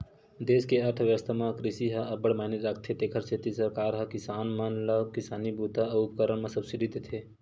देस के अर्थबेवस्था म कृषि ह अब्बड़ मायने राखथे तेखर सेती सरकार ह किसान मन ल किसानी बूता अउ उपकरन म सब्सिडी देथे